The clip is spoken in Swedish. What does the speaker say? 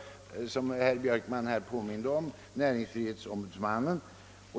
— som herr Björkman påminde om — fått stöd av näringsfrihetsombudsmannen.